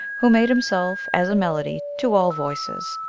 who made himself as a melody to all voices,